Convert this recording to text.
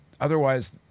otherwise